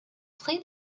play